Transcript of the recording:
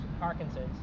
Parkinson's